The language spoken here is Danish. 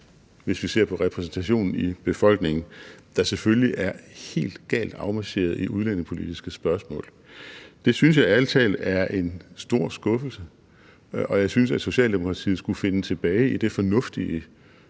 hvis vi ser på repræsentationen i befolkningen, der selvfølgelig er helt galt afmarcheret i udlændingepolitiske spørgsmål. Det synes jeg ærlig talt er en stor skuffelse, og jeg synes, at Socialdemokratiet skulle finde tilbage til det fornuftige